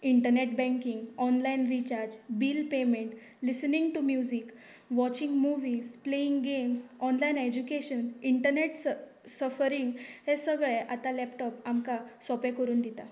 internet banking online recharge bill payment listening to music watching movies playing games online education internet स surfing हे सगळें आता laptop आमकां सोंपें करून दिता